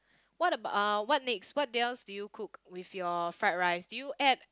what about uh what next what else do you cook with your fried rice do you add